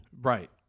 Right